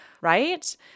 right